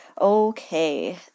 Okay